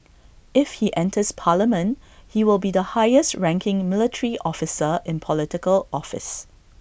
if he enters parliament he will be the highest ranking military officer in Political office